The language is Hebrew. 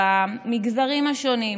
במגזרים השונים,